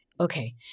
Okay